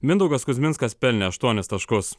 mindaugas kuzminskas pelnė aštuonis taškus